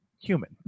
human